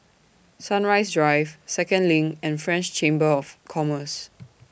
Sunrise Drive Second LINK and French Chamber of Commerce